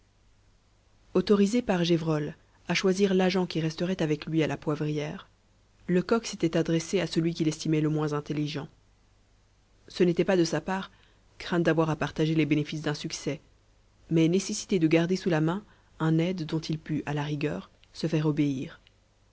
autorisé par gévrol à choisir l'agent qui resterait avec lui à la poivrière lecoq s'était adressé à celui qu'il estimait le moins intelligent ce n'était pas de sa part crainte d'avoir à partager les bénéfices d'un succès mais nécessité de garder sous la main un aide dont il pût à la rigueur se faire obéir